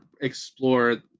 explore